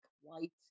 white